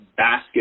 basket